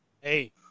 Hey